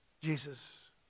Jesus